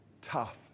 tough